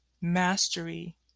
mastery